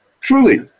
truly